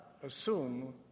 assume